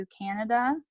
Canada